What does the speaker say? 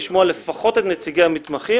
לשמוע לפחות את נציגי המתמחים,